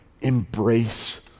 embrace